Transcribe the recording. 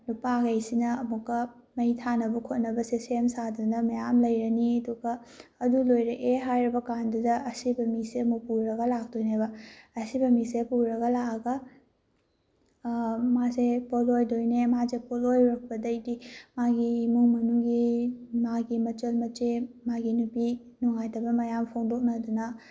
ꯅꯨꯄꯥꯈꯩꯁꯤꯅ ꯑꯃꯨꯛꯀ ꯃꯩ ꯊꯥꯅꯕ ꯈꯣꯠꯅꯕꯁꯦ ꯁꯦꯝ ꯁꯥꯗꯅ ꯃꯌꯥꯝ ꯂꯩꯔꯅꯤ ꯑꯗꯨꯒ ꯑꯗꯨ ꯂꯣꯏꯔꯛꯑꯦ ꯍꯥꯏꯔꯕ ꯀꯥꯟꯗꯨꯗ ꯑꯁꯤꯕ ꯃꯤꯁꯦ ꯑꯃꯨꯛ ꯄꯨꯔꯒ ꯂꯥꯛꯇꯣꯏꯅꯦꯕ ꯑꯁꯤꯕ ꯃꯤꯁꯦ ꯄꯨꯔꯒ ꯂꯥꯛꯑꯒ ꯃꯥꯁꯦ ꯄꯣꯂꯣꯏꯗꯣꯏꯅꯦ ꯃꯥꯁꯦ ꯄꯣꯂꯣꯏꯔꯛꯄꯗꯩꯗꯤ ꯃꯥꯒꯤ ꯏꯃꯨꯡ ꯃꯅꯨꯡꯒꯤ ꯃꯥꯒꯤ ꯃꯆꯟ ꯃꯆꯦ ꯃꯥꯒꯤ ꯅꯨꯄꯤ ꯅꯨꯡꯉꯥꯏꯇꯕ ꯃꯌꯥꯝ ꯐꯣꯡꯗꯣꯛꯅꯗꯨꯅ